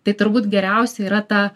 tai turbūt geriausia yra ta